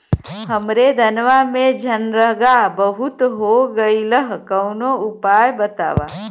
हमरे धनवा में झंरगा बहुत हो गईलह कवनो उपाय बतावा?